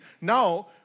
now